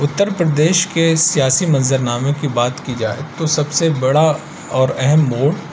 اتر پردیش کے سیاسی منظرنامے کی بات کی جائے تو سب سے بڑا اور اہم موڑ